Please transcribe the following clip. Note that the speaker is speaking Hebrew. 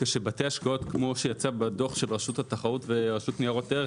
שבתי השקעות כמו שיצא בדוח של רשות התחרות ורשות ניירות ערך,